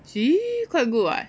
see quite good [what]